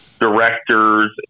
directors